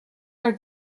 are